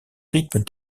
rythmes